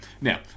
Now